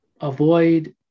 avoid